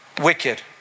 Wicked